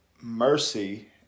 mercy